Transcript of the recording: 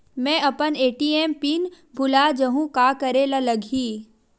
मैं अपन ATM PIN भुला जहु का करे ला लगही?